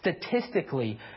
Statistically